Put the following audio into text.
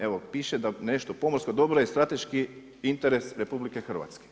Evo piše da nešto pomorsko dobro je strateški interes RH.